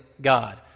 God